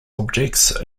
objects